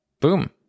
Boom